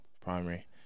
Primary